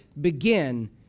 begin